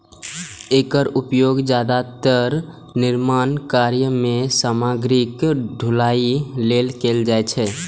एकर उपयोग जादेतर निर्माण कार्य मे सामग्रीक ढुलाइ लेल कैल जाइ छै